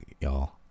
y'all